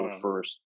first